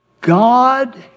God